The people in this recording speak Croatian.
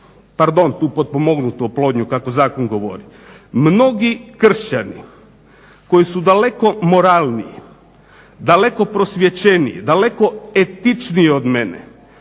pardon tu potpomognutu oplodnu, kako zakon govori. Mnogi kršćani koji su daleko moralniji, daleko prosvjećeniji, daleko etičniji od mene